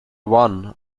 one